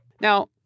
Now